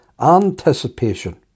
anticipation